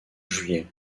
juillet